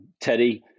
Teddy